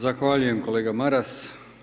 Zahvaljujem kolega Mara.